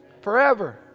forever